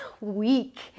week